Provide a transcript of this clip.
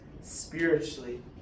spiritually